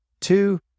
Two